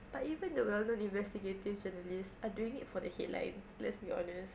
but even the well known investigative journalists are doing it for the headlines let's be honest